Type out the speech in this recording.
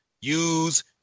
use